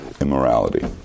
immorality